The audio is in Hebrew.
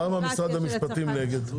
אז למה משרד המשפטים נגד זה?